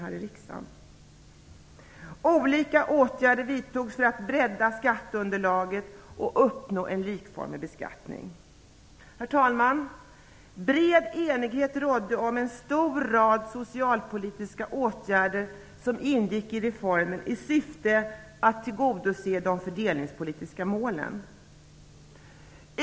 Det hade varit bra om hon hade gjort det under den förra perioden här i riksdagen. Herr talman! Bred enighet rådde också om en rad socialpolitiska åtgärder som ingick i reformen i syfte att tillgodose de fördelningspolitiska målen.